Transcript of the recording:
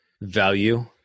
value